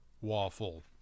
Waffle